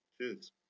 Cheers